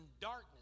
darkness